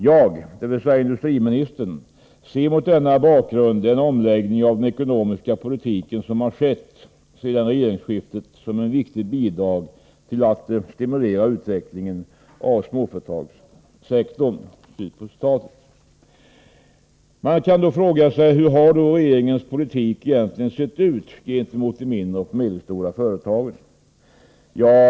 Jag” — dvs. industriministern —- ”ser mot denna bakgrund den omläggning av den ekonomiska politiken som har skett sedan regeringsskiftet som ett viktigt bidrag till att stimulera utvecklingen av småföretagssektorn.” Man kan då fråga sig hur regeringens politik gentemot de mindre och medelstora företagen egentligen har sett ut.